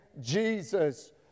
Jesus